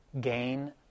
gain